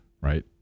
right